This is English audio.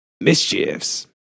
Mischiefs